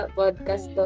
podcast